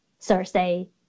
Thursday